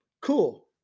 Cool